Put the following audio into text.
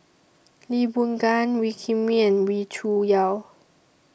Lee Boon Ngan Wee Kim Wee and Wee Cho Yaw